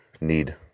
need